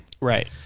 Right